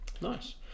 nice